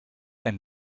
ein